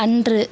அன்று